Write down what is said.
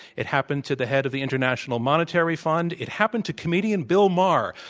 it happened to the head of the international monetary fund. it happened to comedian bill maher.